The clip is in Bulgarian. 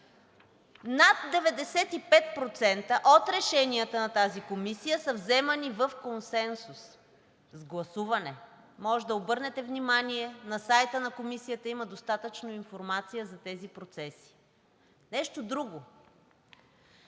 Над 95% от решенията на тази комисия са взимани с консенсус, с гласуване – може да обърнете внимание, на сайта на Комисията има достатъчно информация за тези процеси. Нещо друго,